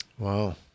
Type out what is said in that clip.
Wow